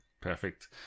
perfect